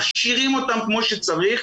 מכשירים אותם כפי שצריך,